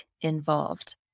involved